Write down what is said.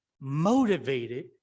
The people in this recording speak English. motivated